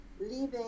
leaving